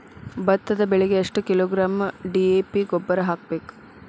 ಭತ್ತದ ಬೆಳಿಗೆ ಎಷ್ಟ ಕಿಲೋಗ್ರಾಂ ಡಿ.ಎ.ಪಿ ಗೊಬ್ಬರ ಹಾಕ್ಬೇಕ?